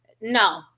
no